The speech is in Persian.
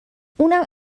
اونم